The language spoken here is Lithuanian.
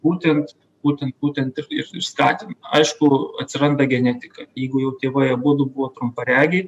būtent būtent būtent ir ir ir skatina aišku atsiranda genetika jeigu jau tėvai abudu buvo trumparegiai